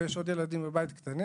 ויש עוד ילדים קטנים בבית,